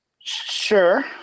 Sure